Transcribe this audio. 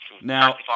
Now